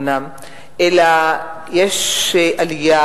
אלא יש עלייה